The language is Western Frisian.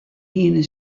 hiene